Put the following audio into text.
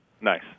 Nice